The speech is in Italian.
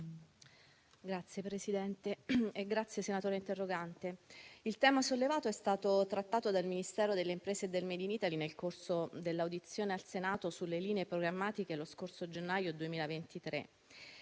made in Italy*. Signor Presidente, il tema sollevato è stato trattato dal Ministero delle imprese e del *made in Italy* nel corso dell'audizione al Senato sulle linee programmatiche lo scorso gennaio 2023.